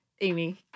Amy